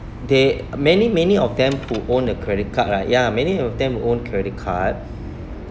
they many many of them who own a credit card right ya many of them who own credit card